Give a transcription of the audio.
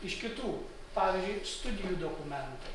iš kitų pavyzdžiui studijų dokumentų